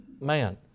man